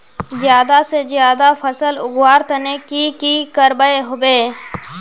ज्यादा से ज्यादा फसल उगवार तने की की करबय होबे?